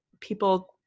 people